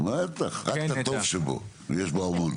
הצורך בשינוי היתר פליטה